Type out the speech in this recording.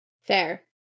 Fair